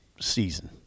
season